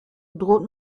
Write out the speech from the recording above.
droht